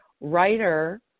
writer